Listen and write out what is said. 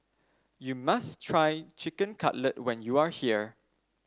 you must try Chicken Cutlet when you are here